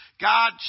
God